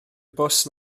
bws